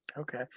Okay